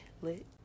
lit